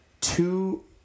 two